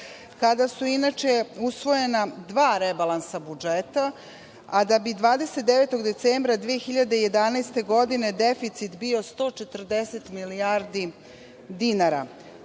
kada su inače usvojena dva rebalansa budžeta, a da bi 29. decembra 2011, deficit bio 140 milijardi dinara